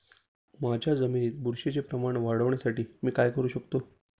माझ्या जमिनीत बुरशीचे प्रमाण वाढवण्यासाठी मी काय करू शकतो?